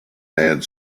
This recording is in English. had